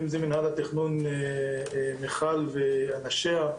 אם זה מינהל התכנון - מיכל ואנשיה,